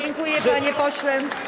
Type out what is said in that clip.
Dziękuję, panie pośle.